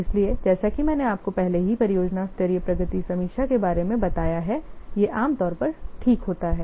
इसलिए जैसा कि मैंने आपको पहले ही परियोजना स्तरीय प्रगति समीक्षा के बारे में बताया है यह आम तौर पर ठीक होता है